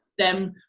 them,